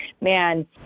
man